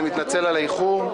אני מתנצל על האיחור.